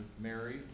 Mary